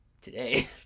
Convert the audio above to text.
Today